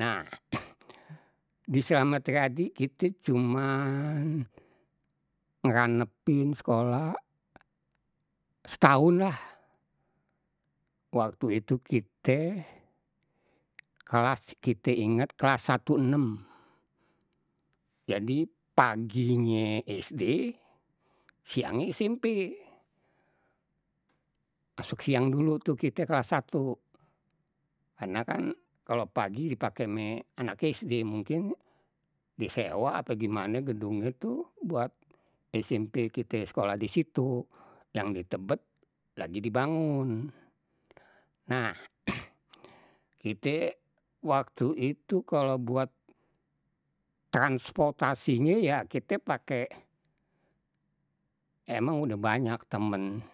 Nah di slamet riyadi kite cuman ngranepin sekolah setahun lah, waktu itu kite kelas kite inget klas satu enem. Jadi paginye SD siangnye smp, masuk siang dulu tu kite klas satu kana kan kalau pagi dipake ama anak SD mungkin, disewa ape gimane gedungnye tu buat SMP kite sekolah disitu, yang di tebet lagi dibangun. Nah waktu itu kalau buat transportasinye ya kite pake emang udah banyak temen